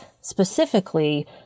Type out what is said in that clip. specifically